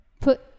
put